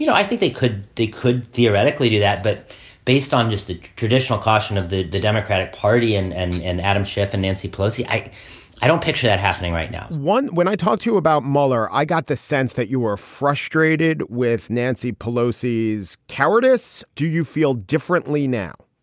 yeah i think they could they could theoretically do that. but based on just the traditional caution that the the democratic party and and and adam schiff and nancy pelosi, i i don't picture that happening right now is one when i talk to about mueller, i got the sense that you were frustrated with nancy pelosi's cowardice. do you feel differently now?